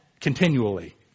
continually